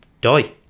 die